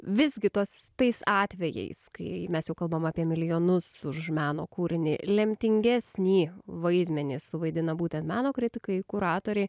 visgi tuos tais atvejais kai mes jau kalbam apie milijonus už meno kūrinį lemtingesnį vaidmenį suvaidina būtent meno kritikai kuratoriai